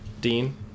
Dean